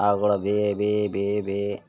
আগা গোড়া বেয়ে বেয়ে বেয়ে বেয়ে